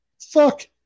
Fuck